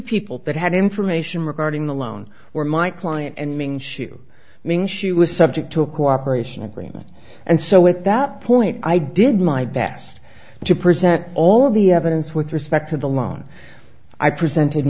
people that had information regarding the loan were my client and ming hsu i mean she was subject to a cooperation agreement and so at that point i did my best to present all the evidence with respect to the loan i presented